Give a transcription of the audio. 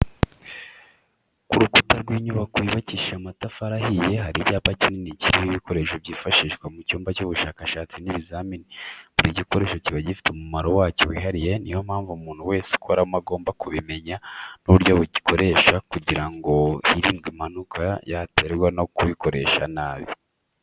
Ku rukuta rw'inyubako yubakishije amatafari ahiye hari icyapa kikini kiriho ibikoresho byifashishwa mu cyumba cy'ubushakashatsi n'ibizamini, buri gikoresho kiba gifite umumaro wacyo wihariye ni yo mpamvu umuntu wese ukoramo agomba kubimenya n'uburyo bikoreshwa kugira ngo hirindwe impanuka yaterwa no kubikoresha nabi.